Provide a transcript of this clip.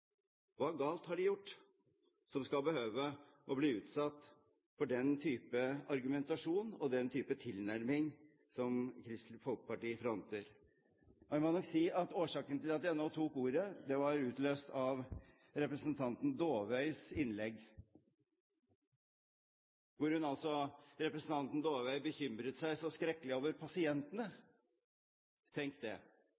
Hva galt har de gjort, som skal behøve å bli utsatt for den type argumentasjon og den type tilnærming som Kristelig Folkeparti fronter? Jeg må nok si at årsaken til at jeg nå tok ordet, var utløst av representanten Dåvøys innlegg, hvor representanten Dåvøy bekymret seg så skrekkelig for pasientene